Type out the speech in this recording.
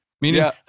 Meaning